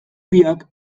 biak